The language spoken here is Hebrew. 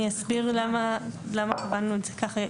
אני אסביר למה קבענו את זה ככה.